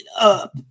up